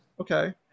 okay